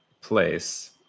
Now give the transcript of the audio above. place